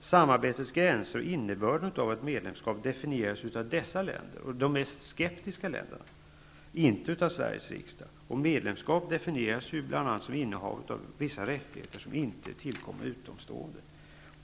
Samarbetets gränser och innebörden av ett medlemskap definieras av dessa länder, som är de mest skeptiska länderna -- inte av Sveriges riksdag. Och medlemskap definieras ju bl.a. som innehav av vissa rättigheter som inte tillkommer utomstående.